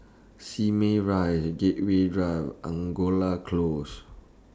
Simei Rise Gateway Drive Angora Close